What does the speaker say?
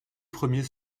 premiers